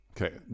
okay